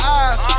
eyes